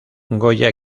goya